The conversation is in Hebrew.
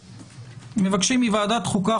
מבקשים מוועדת חוקה,